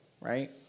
right